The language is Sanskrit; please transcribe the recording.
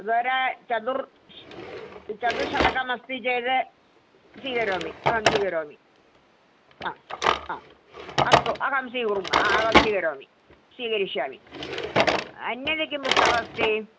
द्वि चतुर् चतुःशतम् अस्ति चेत् स्वीकरोमि अहं स्वीकरोमि अस्तु अहं स्वीकुर्मः अहं स्वीकरोमि स्वीकरिष्यामि अन्यत् किं पुस्तकमस्ति